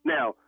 Now